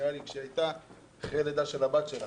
נראה לי כשהיא הייתה אחרי לידה של הבת שלה.